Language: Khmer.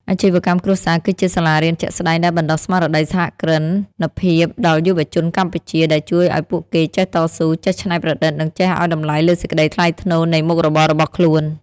អាជីវកម្មគ្រួសារគឺជាសាលារៀនជាក់ស្ដែងដែលបណ្ដុះស្មារតីសហគ្រិនភាពដល់យុវជនកម្ពុជា ដែលជួយឱ្យពួកគេចេះតស៊ូ ចេះច្នៃប្រឌិត និងចេះឱ្យតម្លៃលើសេចក្ដីថ្លៃថ្នូរនៃមុខរបររបស់ខ្លួន។